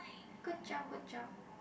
good job good job